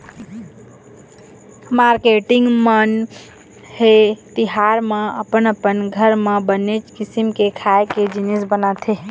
marketing मन ह ए तिहार म अपन अपन घर म बनेच किसिम के खाए के जिनिस बनाथे